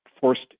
forced